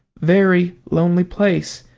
very lonely place.